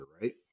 right